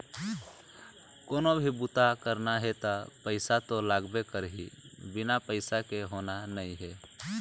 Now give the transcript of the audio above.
कोनो भी बूता करना हे त पइसा तो लागबे करही, बिना पइसा के होना नइ हे